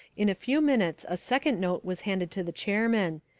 in a few minutes a second note was handed to the chairman.